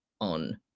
on